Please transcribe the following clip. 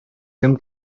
кем